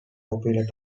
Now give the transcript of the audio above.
popular